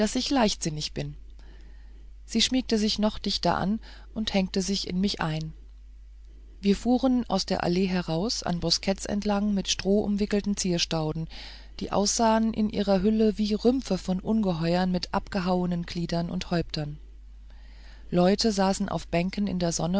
ich leichtsinnig bin sie schmiegte sich noch dichter an und hängte sich in mich ein wir fuhren aus der allee heraus an bosketts entlang mit strohumwickelten zierstauden die aussahen in ihren hüllen wie rümpfe von ungeheuern mit abgehauenen gliedern und häuptern leute saßen auf bänken in der